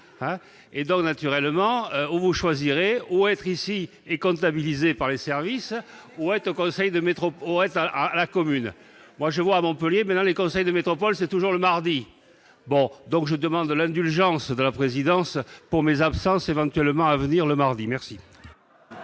et donc naturellement au choisirez au être ici est comptabilisée par les services, être au Conseil de métro pour à la commune, moi je vois à Montpellier, mais dans les conseils de métropole, c'est toujours le mardi, bon, donc je demande l'indulgence de la présidence pour mes absences éventuellement à venir le mardi, merci.